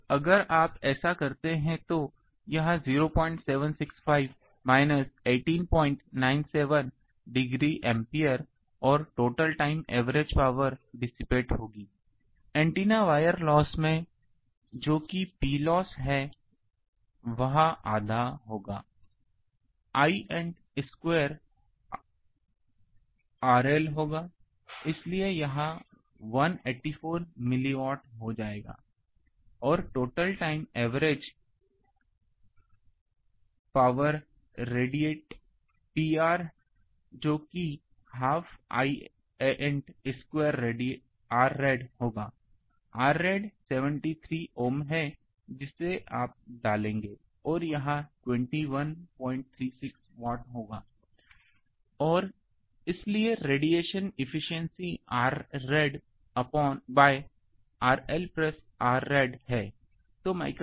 तो अगर आप ऐसा करते हैं तो यह 0765 माइनस 1897 डिग्री एम्पीयर और total time average power dissipate होगी ऐन्टेना वायर लॉस में जो कि Ploss है वह आधा होगा Iant स्क्वायर RL होगा इसलिए यह 184 mW हो जाएगा और total time average power radiate Pr जो कि हाफ Iant स्क्वायर Rrad होगा Rrad 73 ओम है जिसे आप डालेंगे यह 2136 वाट होगा और इसलिए radiation efficiency Rrad by RL Rrad है